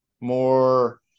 more